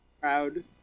Proud